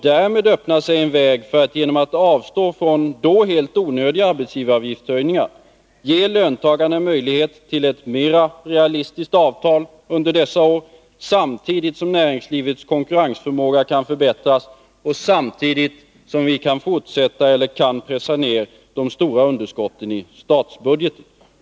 Därmed skapas förutsättningar att genom att avstå från de då helt onödiga arbetsgivaravgiftshöjningarna ge löntagarna möjlighet till ett mera realistiskt avtal under dessa år samtidigt som näringslivets konkurrensförmåga kan förbättras och samtidigt som vi kan pressa ned de stora underskotten i statsbudgeten.